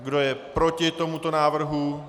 Kdo je proti tomu návrhu?